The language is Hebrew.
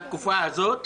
בתקופה הזאת,